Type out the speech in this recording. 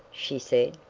she said.